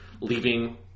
leaving